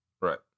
Right